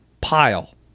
pile